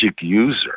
user